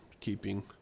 keeping